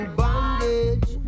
bondage